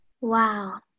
Wow